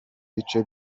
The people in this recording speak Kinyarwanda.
bice